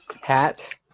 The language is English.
Hat